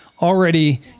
already